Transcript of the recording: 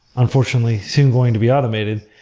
unfortunately, soon going to be automated.